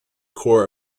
core